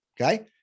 okay